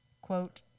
quote